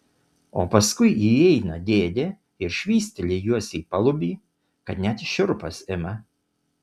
o paskui įeina dėdė ir švysteli juos į palubį kad net šiurpas ima